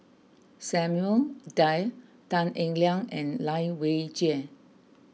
Samuel Dyer Tan Eng Liang and Lai Weijie